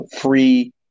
free